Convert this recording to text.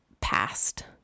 past